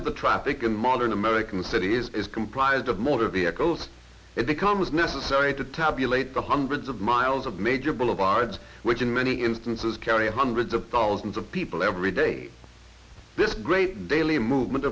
the traffic in modern american city is comprised of motor vehicles it becomes necessary to tabulate the hundreds of miles of major boulevards which in many instances carry hundreds of thousands of people every day this great daily movement